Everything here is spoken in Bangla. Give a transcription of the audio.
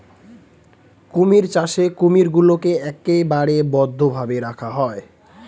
কুমির চাষে কুমিরগুলোকে একেবারে বদ্ধ ভাবে রাখা হয়